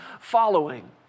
following